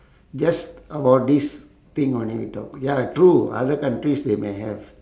just about this thing only we talk ya true other countries they may have